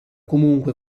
comunque